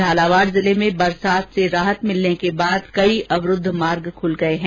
झालावाड जिले में बरसात से राहत मिलने के बाद कई अवरुद्व मार्ग खुल गये हैं